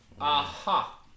Aha